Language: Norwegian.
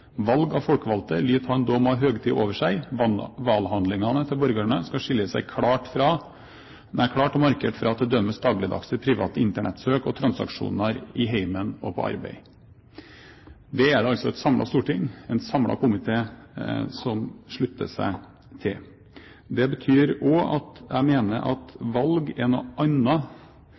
av folkevalde lyt ha ein dåm av høgtid over seg; valhandlingane til borgarane skal skilja seg klårt og markert frå til dømes daglegdagse private internettsøk og -transaksjonar i heimen og på arbeid.» Det er det altså et samlet storting og en samlet komité som slutter seg til. Det betyr også at jeg mener at demokratiske valg er noe